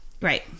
Right